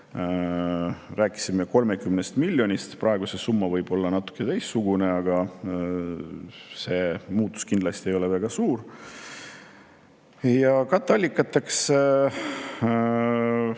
Rääkisime 30 miljonist. Nüüd see summa võib olla natuke teistsugune, aga see muutus kindlasti ei ole väga suur. Katteallikatena